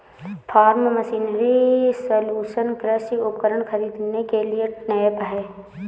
form machinery solution कृषि उपकरण खरीदने के लिए ऐप है